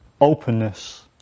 openness